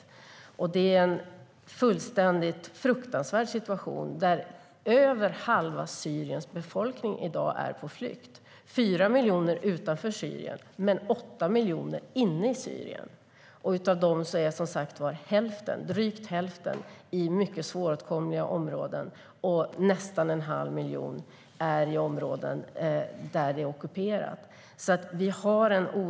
Situationen där är fruktansvärd. Över halva Syriens befolkning är i dag på flykt, 4 miljoner människor utanför Syrien och 8 miljoner inne i Syrien. Av dessa befinner sig drygt hälften i mycket svåråtkomliga områden. Nästan en halv miljon finns i ockuperade områden.